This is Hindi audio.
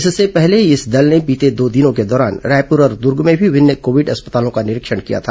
इससे पहले इस दल ने बीते दो दिनों के दौरान रायपुर और दुर्ग में भी विभिन्न कोविड अस्पतालों का निरीक्षण किया था